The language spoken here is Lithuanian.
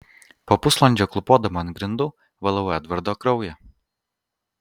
po pusvalandžio klūpodama ant grindų valau edvardo kraują